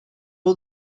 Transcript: all